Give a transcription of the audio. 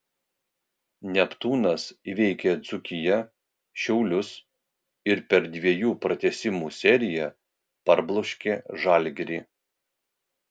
neptūnas įveikė dzūkiją šiaulius ir per dviejų pratęsimų seriją parbloškė žalgirį